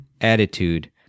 attitude